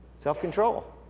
Self-control